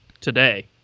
today